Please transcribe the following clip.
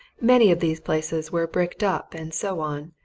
many of these places were bricked up, and so on,